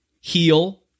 heal